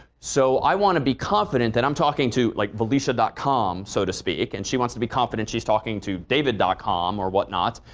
so i want to be confident that i'm talking to, like, felcia com, so to speak, and she wants to be confident she's talking to david dot com or whatnot.